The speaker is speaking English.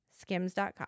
skims.com